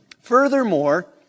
Furthermore